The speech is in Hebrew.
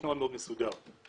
יש נוהל מסודר מאוד.